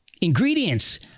ingredients